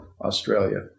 Australia